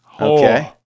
Okay